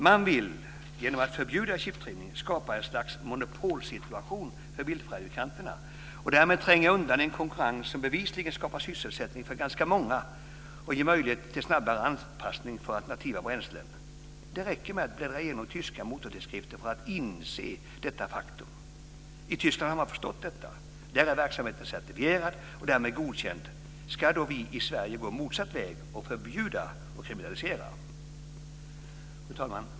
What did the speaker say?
Man vill genom att förbjuda chiptrimning skapa ett slags monopolsituation för bilfabrikanterna och därmed tränga undan en konkurrens som bevisligen skapar sysselsättning för ganska många och ger möjlighet till snabbare anpassning för alternativa bränslen. Det räcker med att bläddra igenom tyska motortidskrifter för att inse detta faktum. I Tyskland har man förstått detta. Där är verksamheten certifierad och därmed godkänd. Ska då vi i Sverige gå motsatt väg och förbjuda och kriminalisera? Fru talman!